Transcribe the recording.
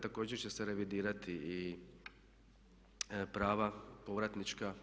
Također će se revidirati i prava povratnička.